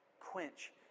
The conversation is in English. quench